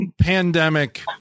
pandemic